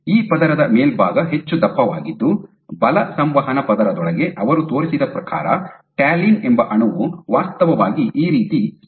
ಈ ಪದರದ ಮೇಲ್ಭಾಗ ಹೆಚ್ಚು ದಪ್ಪವಾಗಿದ್ದು ಬಲ ಸಂವಹನ ಪದರದೊಳಗೆ ಅವರು ತೋರಿಸಿದ ಪ್ರಕಾರ ಟ್ಯಾಲಿನ್ ಎಂಬ ಅಣುವು ವಾಸ್ತವವಾಗಿ ಈ ರೀತಿ ಸ್ಥಳೀಕರಿಸಲ್ಪಟ್ಟಿದೆ